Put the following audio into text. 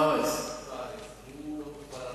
פארס הוא אמר